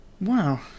Wow